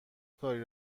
کاری